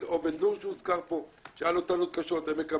כולל עובד נור שהוזכר פה,